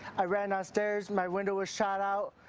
i ran downstairs, my window was shot out,